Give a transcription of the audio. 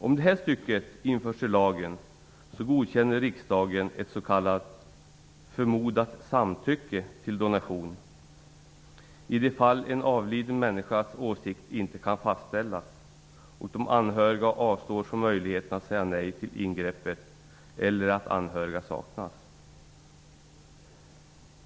Om det här stycket införs i lagen, så godkänner riksdagen ett s.k. förmodat samtycke till donation i de fall en avliden människas åsikt inte kan fastställas och de anhöriga avstår från möjligheten att säga nej till ingreppet eller att anhöriga saknas.